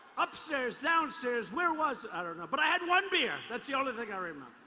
upstairs, downstairs, where was it? i don't know. but i had one beer. that's the only thing i remember.